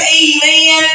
amen